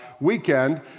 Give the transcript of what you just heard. weekend